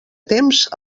temps